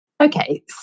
Okay